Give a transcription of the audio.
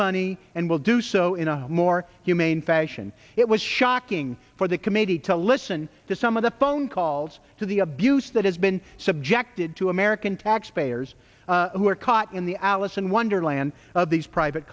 money and will do so in a more humane fashion it was shocking for the committee to listen to some of the phone calls to the abuse that has been subjected to american taxpayers who are caught in the alice in wonderland of these private